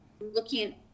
looking